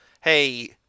hey